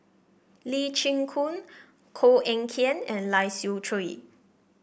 Lee Chin Koon Koh Eng Kian and Lai Siu Chiu